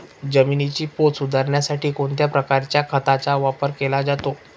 जमिनीचा पोत सुधारण्यासाठी कोणत्या प्रकारच्या खताचा वापर केला जातो?